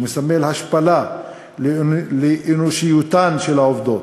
הוא מסמל השפלה לאנושיותן של העובדות.